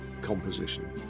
composition